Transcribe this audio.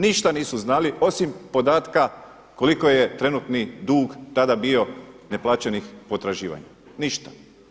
Ništa nisu znali osim podatka koliko je trenutni dug tada bio neplaćenih potraživanja ništa.